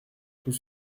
tout